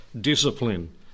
discipline